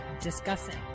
discussing